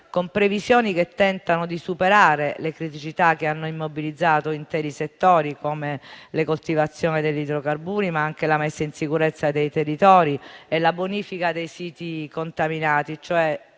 con previsioni che tentano di superare le criticità che hanno immobilizzato interi settori, come la coltivazione degli idrocarburi ma anche la messa in sicurezza dei territori e la bonifica dei siti contaminati,